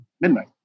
midnight